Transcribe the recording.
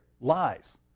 Lies